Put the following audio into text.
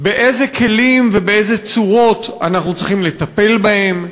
באיזה כלים ובאיזה צורות אנחנו צריכים לטפל בהם,